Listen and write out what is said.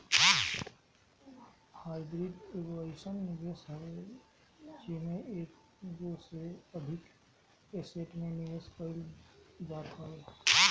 hybrid एगो अइसन निवेश हवे जेमे एगो से अधिक एसेट में निवेश कईल जात हवे